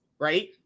right